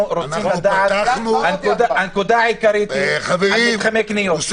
הנקודה העיקרית מתחמי קניות.